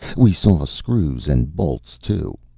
we saw screws and bolts, too.